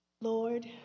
Lord